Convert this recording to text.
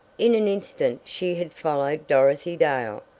in an instant she had followed dorothy dale,